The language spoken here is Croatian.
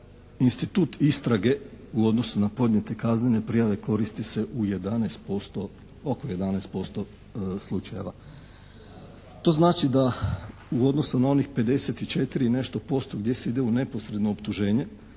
institut istrage u odnosu na podnijete kaznene prijave koristi se u oko 11% slučajeva. To znači da u odnosu na onih 54 i nešto posto gdje se ide u neposredno optuženje